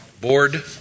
Board